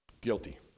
Guilty